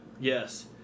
Yes